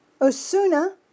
Osuna